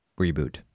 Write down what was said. reboot